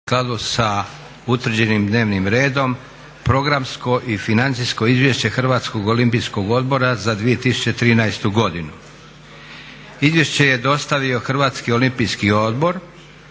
u skladu sa utvrđenim dnevnim redom - Programsko i financijsko izvješće Hrvatskog Olimpijskog odbora za 2013. godinu. Izvješće je dostavio Hrvatski Olimpijski odbor.